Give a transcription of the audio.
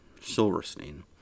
Silverstein